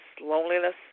loneliness